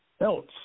else